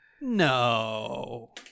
No